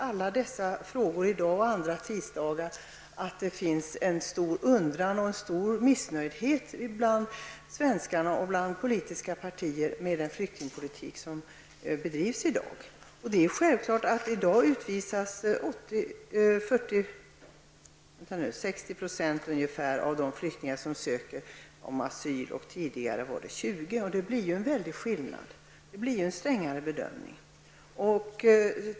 Alla dessa frågor visar samtidigt att det finns ett stort missnöje bland svenskarna och bland politiska partier med den flyktingpolitik som bedrivs. I dag utvisas ungefär 60 % av de flyktingar som ansöker om asyl mot tidigare 20 %. Det är en väldig skillnad. Bedömningen har blivit strängare.